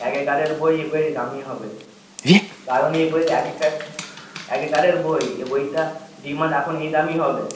আগেকারের বই বই দামি হবে কারণ এই বই আগেকার আগেকারের বই এই বইটা ডিমান্ড এখন এই দামই হবে